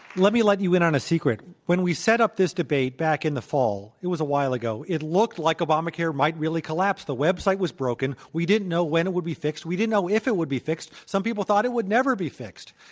let me let you in on a secret. when we set up this debate back in the fall, it was a while ago, it looked like obamacare might really collapse. the website was broken. we didn't know when it would be fixed. we didn't know if it would be fixed. some people thought it would never be fixed.